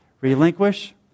Relinquish